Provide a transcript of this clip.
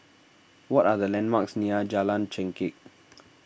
what are the landmarks near Jalan Chengkek